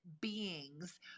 beings